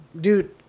Dude